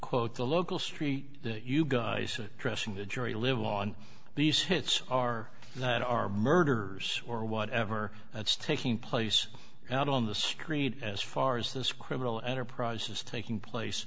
quote the local street that you guys are trashing the jury live on these hits are that are murders or whatever that's taking place out on the screen as far as this criminal enterprise is taking place